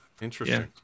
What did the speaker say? interesting